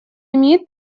имеет